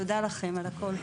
תודה לכם על הכל.